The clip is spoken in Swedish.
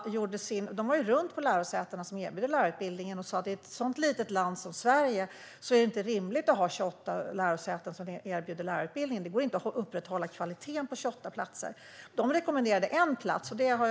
De var ute på lärosätena som erbjuder lärarutbildningen och sa att i ett sådant litet land som Sverige är det inte rimligt att ha 28 lärosäten som erbjuder lärarutbildningen, för det går inte att upprätthålla kvaliteten på 28 platser. De rekommenderade att det ska vara en plats.